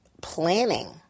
planning